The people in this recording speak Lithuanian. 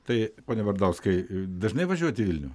tai pone bardauskai dažnai važiuojat į vilnių